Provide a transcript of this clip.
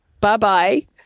Bye-bye